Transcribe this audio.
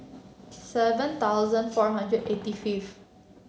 seven thousand four hundred eighty fifth